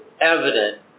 evident